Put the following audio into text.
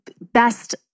best